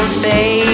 say